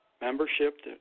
membership